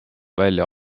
välja